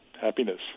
happiness